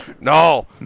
No